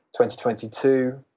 2022